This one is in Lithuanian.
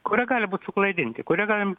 kurie gali būt suklaidinti kurie galim